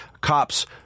cops